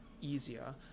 easier